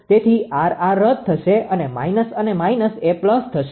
તેથી R R રદ થશે અને માઈનસ અને માઈનસ એ પ્લસ થશે